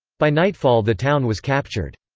by nightfall the town was captured.